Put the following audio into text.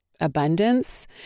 abundance